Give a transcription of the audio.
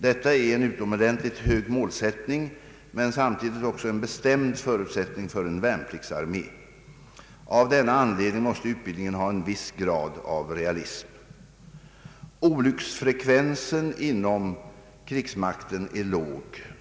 Detta är en utomordentligt hög målsättning men samtidigt också en bestämd förutsättning för en värnpliktsarmé. Av denna anledning måste utbildningen ha en viss grad av realism. Olycksfrekvensen inom krigsmakten är låg.